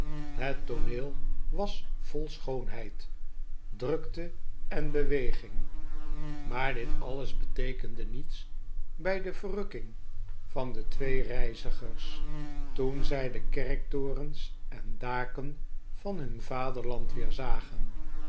het tooneel was vol schoonheid drukte en beweging maar dit alles beteekende niets bij de verrukking van de twee reizigers toen zij de kerktorens en daken van hun vaderland weer zagen